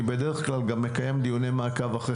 אני בדרך כלל גם מקיים דיוני מעקב אחרי